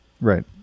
Right